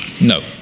no